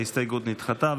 ההסתייגות נדחתה.